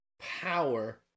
power